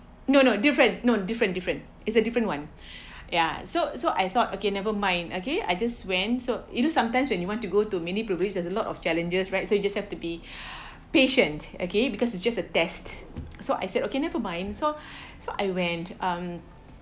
no no different no different different is a different one ya so so I thought okay never mind okay I just went so you know sometimes when you want to go to mini pilgrimage there's a lot of challenges right so you just have to be patience okay because it's just a test so I said okay never mind so so I went um